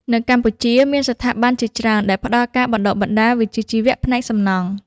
នៅកម្ពុជាមានស្ថាប័នជាច្រើនដែលផ្តល់ការបណ្តុះបណ្តាលវិជ្ជាជីវៈផ្នែកសំណង់។